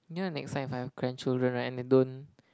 you know next time if I have grandchildren right and they don't